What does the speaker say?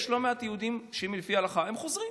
יש לא מעט יהודים לפי ההלכה שהם חוזרים.